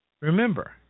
remember